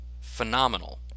phenomenal